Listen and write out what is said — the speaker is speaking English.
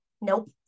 nope